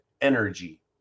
energy